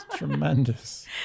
Tremendous